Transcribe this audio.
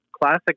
classic